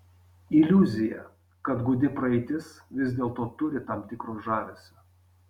iliuzija kad gūdi praeitis vis dėlto turi tam tikro žavesio